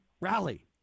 rally